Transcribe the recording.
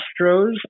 Astros